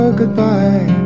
goodbye